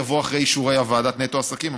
יבוא אחרי אישורי ועדת נטו עסקים.